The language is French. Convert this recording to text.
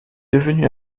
devenu